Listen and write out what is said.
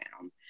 down